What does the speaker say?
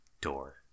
door